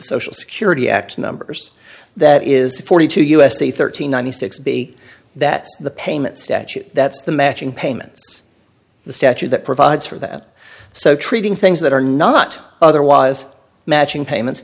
social security act numbers that is forty two u s c thirteen ninety six b that the payment statute that's the matching payments the statute provides for that so treating things that are not otherwise matching payments